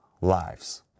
lives